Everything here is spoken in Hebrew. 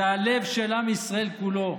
זה הלב של עם ישראל כולו,